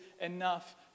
enough